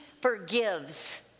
forgives